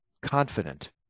confident